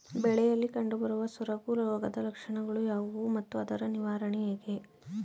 ಬೆಳೆಯಲ್ಲಿ ಕಂಡುಬರುವ ಸೊರಗು ರೋಗದ ಲಕ್ಷಣಗಳು ಯಾವುವು ಮತ್ತು ಅದರ ನಿವಾರಣೆ ಹೇಗೆ?